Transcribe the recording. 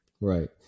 Right